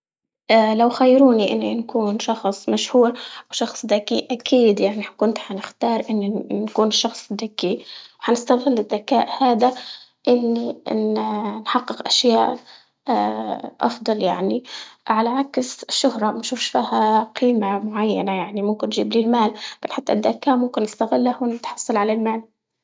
لو خيروني إني نكون شخص مشهور أو شخص ذكي؟ أكيد يعني كنت حنختار إني نكون شخص دكي وحنستغل الدكاء هدا إني ن- نحقق أشياء أفضل يعني، على عكس الشهرة ما شوفش فيها قيمة معينة يعني، ممكن تجيبلي المال بل الدكاء ممكن نستغله ونتحصل على المال.